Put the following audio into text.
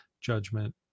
judgment